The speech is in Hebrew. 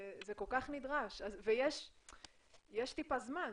זה כל כך נדרש ויש קצת זמן.